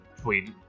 tweet